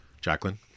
Jacqueline